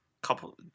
Couple